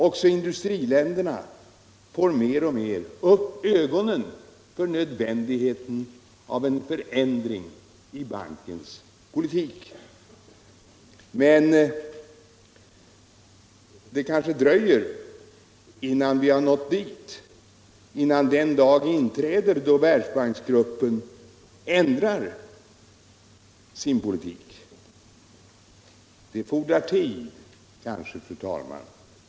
Också industriländerna får mer och mer upp ögonen för nödvändigheten av en förändring i bankens politik. Men det kanske dröjer innan vi har nått dit. innan den dag kommer då Världsbanksgruppen ändrar sin politik. Det kän 'a tid.